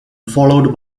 followed